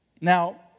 Now